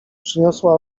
przyniosło